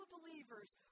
believers